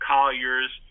Collier's